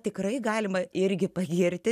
tikrai galima irgi pagirti